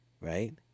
right